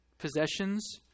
possessions